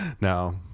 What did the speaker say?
no